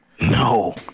No